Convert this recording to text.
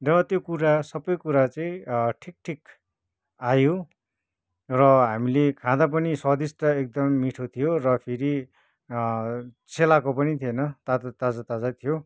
र त्यो कुरा सबै कुरा चाहिँ ठिक ठिक आयो र हामीले खाँदा पनि स्वादिष्ट एकदम मिठो थियो र फेरी सेलाएको पनि थिएन तातो ताजा ताजा थियो